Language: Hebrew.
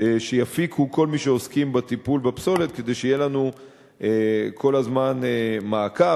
שיפיקו כל מי שעוסקים בטיפול בפסולת כדי שיהיה לנו כל הזמן מעקב.